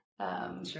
Sure